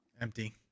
empty